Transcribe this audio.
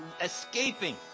escaping